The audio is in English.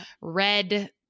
Red